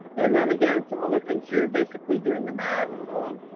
and then again, some other things here, basically doing the math.